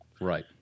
Right